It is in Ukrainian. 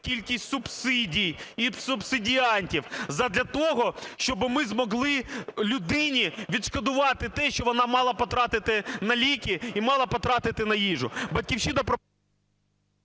кількість субсидій і субсидіантів задля того, щоб ми змогли людині відшкодувати те, що вона мала потратити на ліки і мала потратити на їжу.